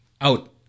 out